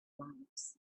lights